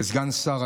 כסגן שר,